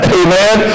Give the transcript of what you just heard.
amen